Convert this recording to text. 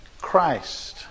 Christ